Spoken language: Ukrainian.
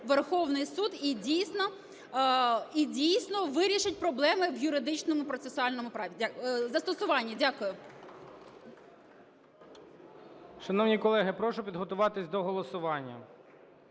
Верховний Суд і, дійсно, вирішить проблеми в юридичному процесуальному праві, застосуванні. Дякую. ГОЛОВУЮЧИЙ. Шановні колеги, прошу підготуватись до голосування.